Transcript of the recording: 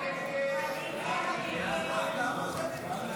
הסתייגות 10 לא נתקבלה.